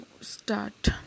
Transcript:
start